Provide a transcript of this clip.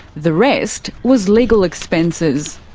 the rest was legal expenses.